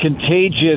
contagious